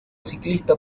ciclista